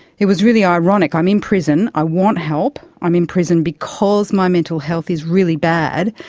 it was really ironic, i'm in prison, i want help, i'm in prison because my mental health is really bad,